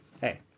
Hey